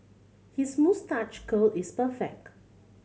his moustache curl is perfect